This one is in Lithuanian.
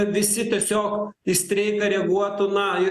visi tiesiog į streiką reaguotų na